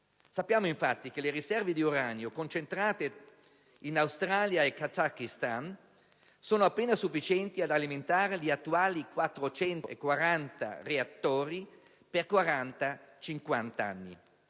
Sappiamo, infatti, che le riserve di uranio, concentrate in Australia e Kazakistan, sono appena sufficienti ad alimentare gli attuali 440 reattori per 40-50 anni.